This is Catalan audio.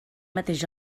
mateix